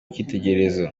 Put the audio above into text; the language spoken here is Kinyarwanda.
icyitegererezo